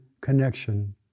connection